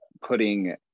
putting